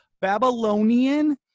Babylonian